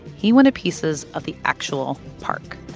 he wanted pieces of the actual park,